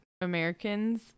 Americans